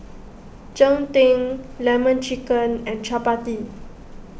Cheng Tng Lemon Chicken and Chappati